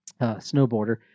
snowboarder